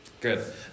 Good